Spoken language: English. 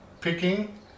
picking